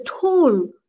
tool